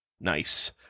Nice